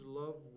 love